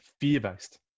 fear-based